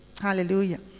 Hallelujah